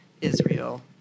Israel